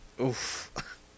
Oof